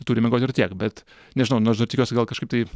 turi miegot ir tiek bet nežinau nu aš dar tikiuosi gal kažkaip taip